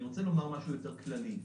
אני רוצה לומר משהו יותר כללי: